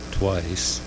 twice